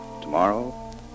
Tomorrow